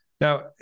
Now